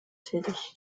tätig